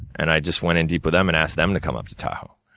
and i just went in deep with them, and asked them to come up to tahoe.